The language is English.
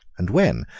and when,